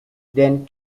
then